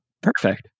perfect